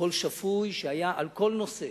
קול שפוי בכל נושא